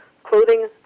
clothing